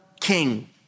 king